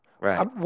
Right